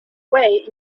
way